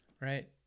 Right